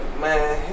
man